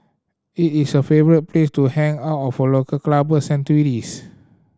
it is a favourite place to hang all of local clubbers and tourists